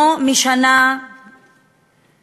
לא משנה העובדה